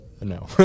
no